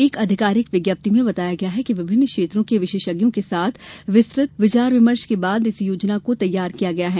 एक आधिकारिक विज्ञप्ति में बताया गया है कि विभिन्न क्षेत्रों के विशेषज्ञों के साथ विस्तृत विचार विमर्श के बाद इस योजना को तैयार किया गया है